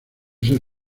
ser